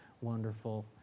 wonderful